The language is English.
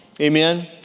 Amen